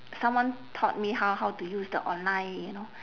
someone taught me how how to use the online you know